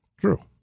true